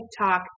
TikTok